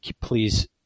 please